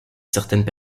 certaines